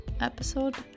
episode